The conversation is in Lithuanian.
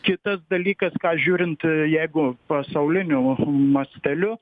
kitas dalykas ką žiūrint jeigu pasauliniu masteliu